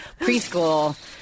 Preschool